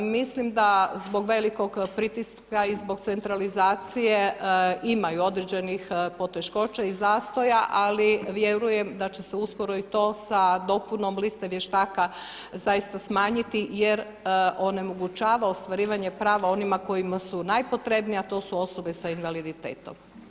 Mislim da zbog velikog pritiska i zbog centralizacije imaju određenih poteškoća i zastoja ali vjerujem da će se uskoro i to sa dopunom liste vještaka zaista smanjiti jer onemogućava ostvarivanje prava onima kojima su najpotrebnija a to su osobe sa invaliditetom.